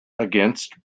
against